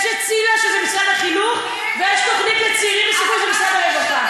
יש ציל"ה שזה משרד החינוך ויש תוכנית לצעירים שזה משרד הרווחה.